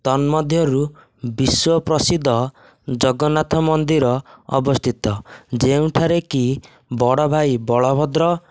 ତନ୍ମଧ୍ୟରୁ ବିଶ୍ୱ ପ୍ରସିଦ୍ଧ ଜଗନ୍ନାଥ ମନ୍ଦିର ଅବସ୍ଥିତ ଯେଉଁଠାରେକି ବଡ଼ ଭାଇ ବଳଭଦ୍ର